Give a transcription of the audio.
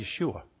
Yeshua